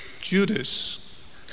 Judas